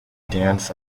danced